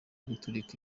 guturika